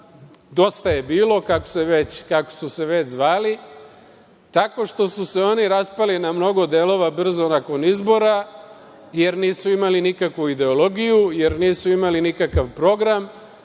„Dosta je bilo“, kako su se već zvali, tako što su se oni raspali na mnogo delova brzo nakon izbora, jer nisu imali nikakvu ideologiju, jer nisu imali nikakav program. To